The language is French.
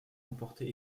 comporter